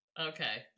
Okay